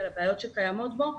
על הבעיות שקיימות בו,